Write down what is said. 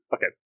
Okay